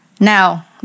Now